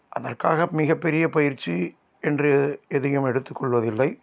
அதற்காக மிகப்பெரிய பயிற்சி என்று எதையும் எடுத்துக்கொள்வதில்லை